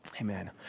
Amen